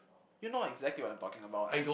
you know exactly what I'm talking about